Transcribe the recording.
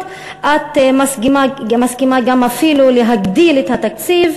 את מסכימה אפילו להגדיל את התקציב,